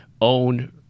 own